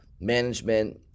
management